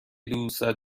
دوستت